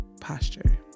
posture